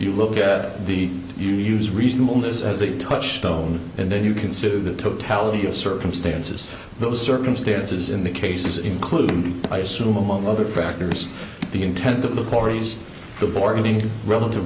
you look at the you use reasonableness as a touchstone and then you consider the totality of circumstances those circumstances in the cases including i assume among other factors the intent of the corys the bargaining relative